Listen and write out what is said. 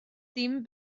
dim